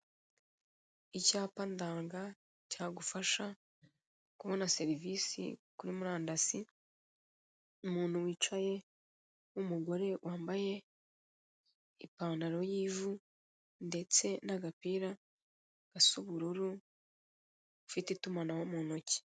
Icyapa ndanga cyagufasha kubona serivise kuri murandasi, umuntu wicaye w'umugore wambaye ipantaro y'ivu ndetse n'agapira gasa ubururu ufite itumanaho mu ntoki.